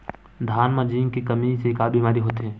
धान म जिंक के कमी से का बीमारी होथे?